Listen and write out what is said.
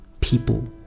people